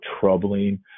troubling